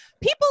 People